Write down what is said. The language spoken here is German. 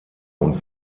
und